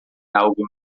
algo